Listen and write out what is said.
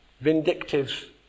vindictive